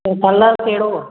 त कलर कहिड़ो आहे